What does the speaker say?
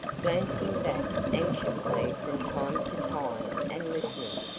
glancing back anxiously from time to time and listening,